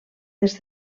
des